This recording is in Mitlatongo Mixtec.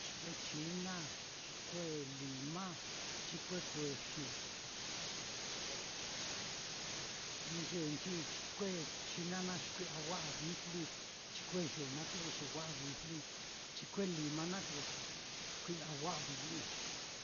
Chikue china, chikue lima, chikue kuexi, ni yeenchi chikue china naá xi kui'ya wa'a vijli, chikueyuu naá tuku xi wa'a vijli, chikue lima naá tuku xi kui'ya wa'a vijlis.